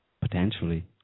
potentially